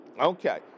Okay